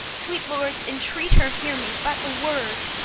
sweet lords, entreat her hear me but a word.